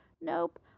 nope